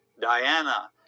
Diana